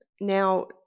Now